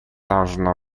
должно